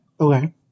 Okay